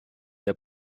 der